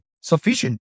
sufficient